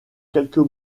quelques